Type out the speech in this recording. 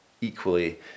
equally